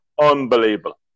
Unbelievable